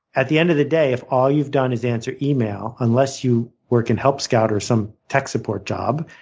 at the end of the day, if all you've done is answer email, unless you work in help scout or some tech support job,